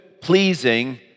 pleasing